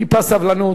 טיפה סבלנות.